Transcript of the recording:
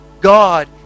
God